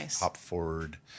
hop-forward